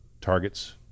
targets